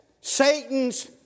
Satan's